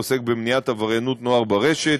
העוסק במניעת עבריינות נוער ברשת.